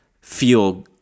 feel